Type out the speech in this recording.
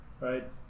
right